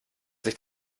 sich